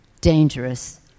dangerous